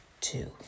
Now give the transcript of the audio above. Two